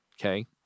okay